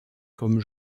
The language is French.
comme